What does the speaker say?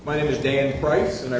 my name is dan price and i